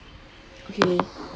okay